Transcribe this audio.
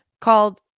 called